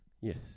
Yes